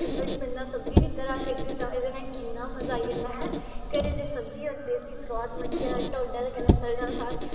थोह्ड़ी बंदा सब्जी बी तरां कड्डी ओड़दा एह्दे कन्नै किन्ना मज़ा आई जंदा हैं घरै दी सब्ज़ी होर देसी सुआद मक्कियै दा टोडा ते कन्नै सरेआं दा साग